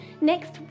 Next